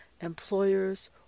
employers